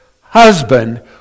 husband